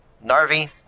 Narvi